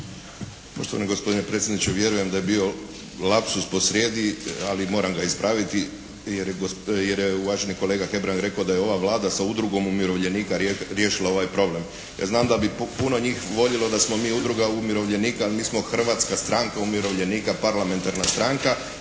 Poštovani gospodine predsjedniče! Vjerujem da je bio lapsus posrijedi, ali moram ga ispraviti, jer je uvaženi kolega Hebrang rekao da je ova Vlada sa Udrugom umirovljenika riješila ovaj problem. Ja znam da bi puno njih voljelo da smo mi Udruga umirovljenika, ali mi smo Hrvatska stranka umirovljenika, parlamentarna stranka.